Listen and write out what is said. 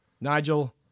Nigel